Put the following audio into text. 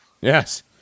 Yes